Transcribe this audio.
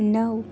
નવ